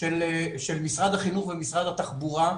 של משרד החינוך ומשרד התחבורה,